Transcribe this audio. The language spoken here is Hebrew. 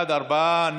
בעד, ארבעה,